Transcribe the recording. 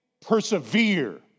persevere